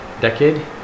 decade